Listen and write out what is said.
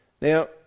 now